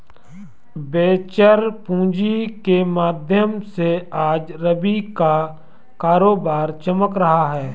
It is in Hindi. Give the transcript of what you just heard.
वेंचर पूँजी के माध्यम से आज रवि का कारोबार चमक रहा है